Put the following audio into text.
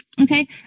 Okay